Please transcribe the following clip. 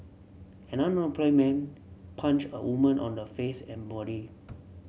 an unemployed man punched a woman on the face and body